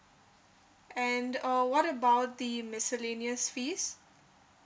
and uh what about the miscellaneous fees